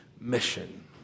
mission